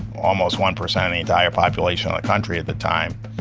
almost one percent of the entire population of the country at the time,